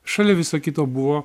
šalia viso kito buvo